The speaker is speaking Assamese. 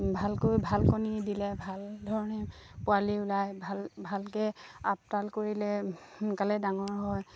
ভালকৈ ভাল কণী দিলে ভাল ধৰণে পোৱালি ওলায় ভাল ভালকৈ আপডাল কৰিলে সোনকালেই ডাঙৰ হয়